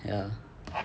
ya